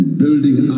building